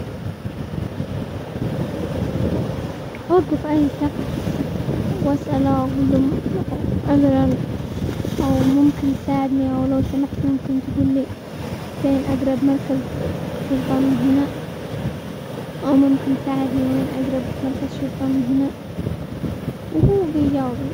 اوقف اي شخص واسأله واقول له مثلا عذرا او ممكن تساعدني، او لو سمحت ممكن تقول لي فين اقرب مركز شرطة من هنا، او ممكن تساعدني وين اقرب الشرطة من هنا ،وهو بيجاوبني.